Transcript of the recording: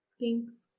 Thanks